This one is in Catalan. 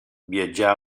viatjà